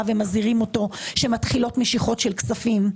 ומזהירים אותו שמתחילות משיכות של כספים,